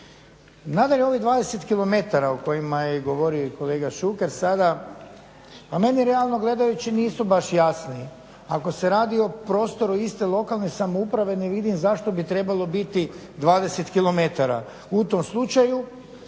Nadalje, ovih 20 km o kojima je govorio i kolega Šuker sada pa meni realno gledajući nisu baš jasni. Ako se radi o prostoru iste lokalne samouprave ne vidim zašto bi trebalo biti 20 km. U tom slučaju